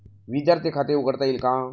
विद्यार्थी खाते उघडता येईल का?